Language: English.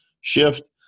shift